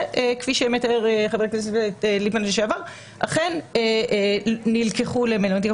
וכפי שציין חבר הכנסת לשעבר ליפמן הם נלקחו למלוניות.